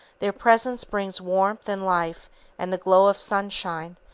their presence brings warmth and life and the glow of sunshine,